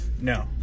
No